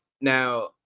Now –